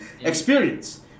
experience